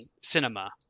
cinema